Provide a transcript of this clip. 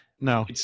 No